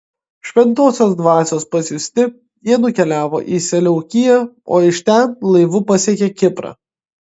šventosios dvasios pasiųsti jie nukeliavo į seleukiją o iš ten laivu pasiekė kiprą